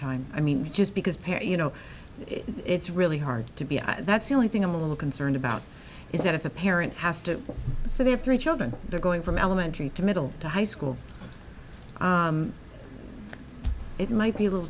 time i mean just because perry you know it's really hard to be that's the only thing i'm a little concerned about is that if a parent has to say they have three children they're going from elementary to middle to high school it might be a little